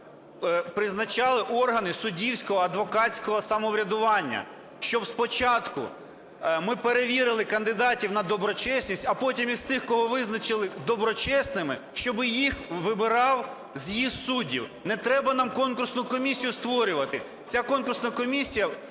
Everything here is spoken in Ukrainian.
призначали органи суддівського, адвокатського самоврядування, щоб спочатку ми перевірили кандидатів на доброчесність, а потім з тих, кого визначили доброчесними, щоб їх вибирав з'їзд суддів. Не треба нам конкурсну комісію створювати. Ця конкурсна комісія